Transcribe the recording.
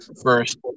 first